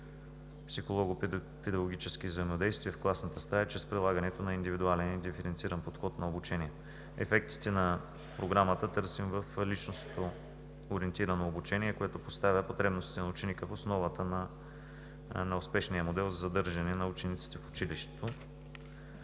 психолого-педагогически взаимодействия в класната стая чрез прилагането на индивидуален и диференциран подход на обучение. Ефектите на Програмата търсим в личностното ориентирано обучение, което поставя потребностите на ученика в основата на успешния модел за задържане на учениците в училището,